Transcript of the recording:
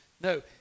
No